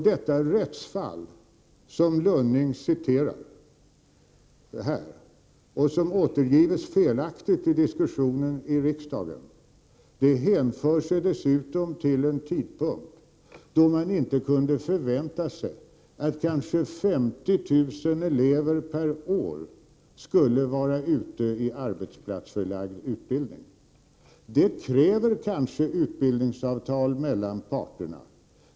Detta rättsfall som har kommenterats av Lunning och som här återgivits felaktigt i diskussionen i riksdagen hänför sig dessutom till en tidpunkt då man inte kunde förvänta sig att kanske uppemot 50 000 elever per år skulle delta i arbetsplatsförlagd utbildning. Det krävs kanske utbildningsavtal mellan parterna.